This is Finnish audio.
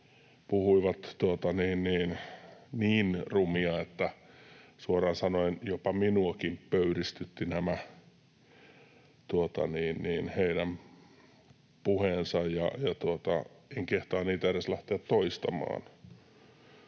puhuivat niin rumia, että suoraan sanoen jopa minuakin pöyristyttivät nämä heidän puheensa, ja en kehtaa niitä edes lähteä toistamaan.